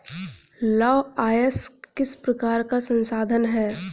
लौह अयस्क किस प्रकार का संसाधन है?